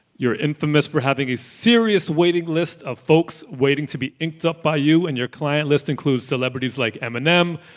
you're infamous for having a serious waiting list of folks waiting to be inked up by you. and your client list includes celebrities like eminem,